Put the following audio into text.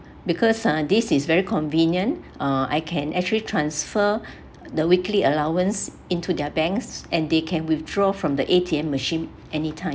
because ah this is very convenient uh I can actually transfer the weekly allowance into their banks and they can withdraw from the A_T_M machine anytime